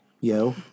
yo